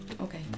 okay